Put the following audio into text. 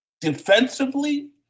defensively